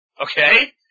okay